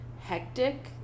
hectic